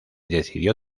decidió